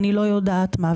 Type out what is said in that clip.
אני לא יודעת מה.